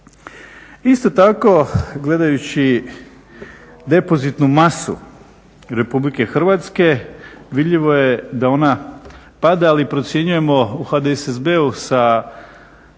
Isto tako gledajući depozitnu masu RH vidljivo je da ona pada ali procjenjujemo u HDSSB-u sa